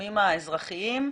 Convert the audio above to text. והגורמים האזרחיים.